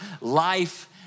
Life